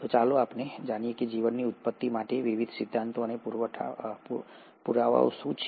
તો ચાલો જાણીએ કે જીવનની ઉત્પત્તિ માટેના વિવિધ સિદ્ધાંતો અને પુરાવાઓ શું છે